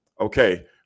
Okay